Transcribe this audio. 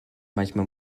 manchmal